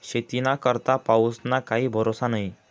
शेतीना करता पाऊसना काई भरोसा न्हई